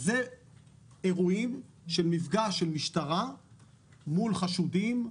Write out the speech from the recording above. אלה אירועים של מפגש של משטרה מול חשודים,